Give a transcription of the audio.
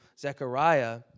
Zechariah